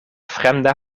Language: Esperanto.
fremda